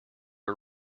are